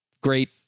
great